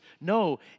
no